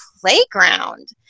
playground